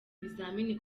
ibizamini